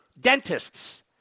dentists